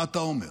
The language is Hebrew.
מה אתה אומר?